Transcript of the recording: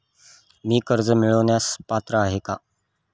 मी कर्ज मिळवण्यास पात्र आहे का?